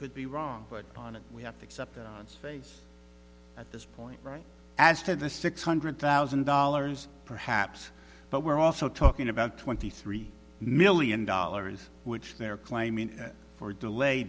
could be wrong but on it we have to accept its face at this point right as to the six hundred thousand dollars perhaps but we're also talking about twenty three million dollars which they are claiming for delay